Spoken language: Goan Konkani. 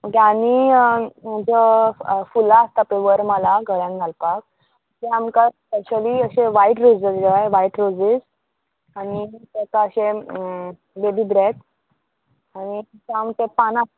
ओके आनी ज्यो फुलां आसता पय वरमाला गळ्यान घालपाक ते आमकां स्पेशली अशे वायट रोज धरल्या जे वायट रोजीस आनी तेका अशे बेबी ब्रेत आनी ते आमचे पानां